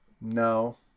No